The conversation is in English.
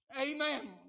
amen